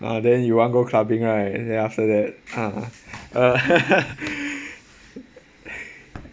and then you want go clubbing right then after that uh